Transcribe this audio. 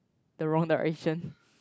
the wrong direction